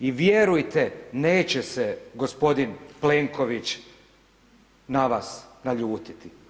I vjerujte, neće se gospodin Plenković na vas naljutiti.